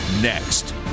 Next